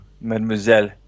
mademoiselle